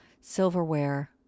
silverware